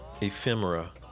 ephemera